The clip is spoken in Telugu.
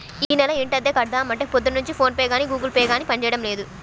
యీ నెల ఇంటద్దె కడదాం అంటే పొద్దున్నుంచి ఫోన్ పే గానీ గుగుల్ పే గానీ పనిజేయడం లేదు